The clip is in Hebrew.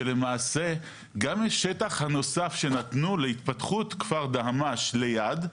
שלמעשה גם בשטח הנוסף שנתנו להתפתחות כפר דהמש ליד,